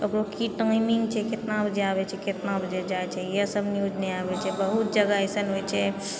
ओकरो की टाइमिंग छै केतना बजे आबैत छै केतना बजे जाइत छै ईहासब न्यूज़ नहि आबैत छै बहुत जगह अइसन होइत छै